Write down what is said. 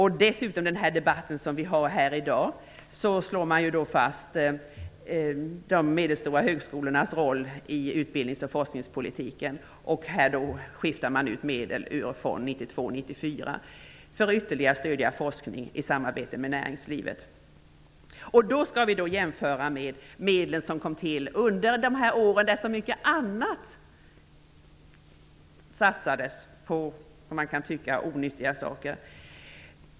I den debatt vi för i dag slår man dessutom fast de medelstora högskolornas roll i utbildnings och forskningspolitiken. Man skiftar ut medel ur Fond 92--94 för att ytterligare stödja forskning i samarbete med näringslivet. Vi skall jämföra detta med de medel som kom till under de år då man kan tycka att det satsades på så många onyttiga saker.